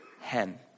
hen